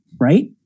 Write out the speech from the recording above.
Right